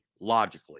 logically